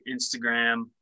Instagram